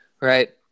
right